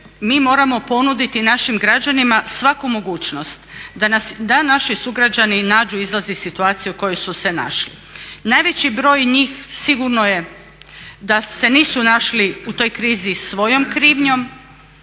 mi moramo ponuditi našim građanima svaku mogućnost da naši sugrađani nađu izlaz iz situacije u kojoj su se našli. Najveći broj njih sigurno je da se nisu našli u toj krizi svojom krivnjom.